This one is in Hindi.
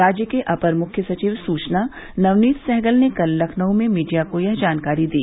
राज्य के अपर मुख्य सचिव सूचना नवनीत सहगल ने कल लखनऊ में मीडिया को यह जानकारी दी